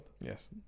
Yes